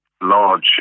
large